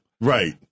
Right